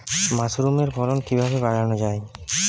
মাসরুমের ফলন কিভাবে বাড়ানো যায়?